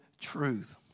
truth